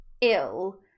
ill